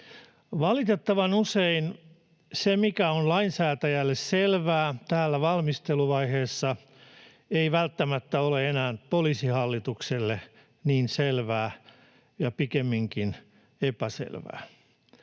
Valitettavan usein se, mikä on lainsäätäjälle selvää valmisteluvaiheessa, ei välttämättä ole enää Poliisihallitukselle niin selvää, pikemminkin epäselvää.